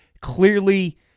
Clearly